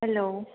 hello